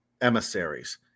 emissaries